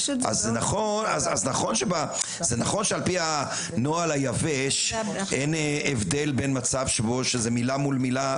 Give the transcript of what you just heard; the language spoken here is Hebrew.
אז נכון שעל פי הנוהל היבש אין הבדל בין מצב שזה מילה מול מילה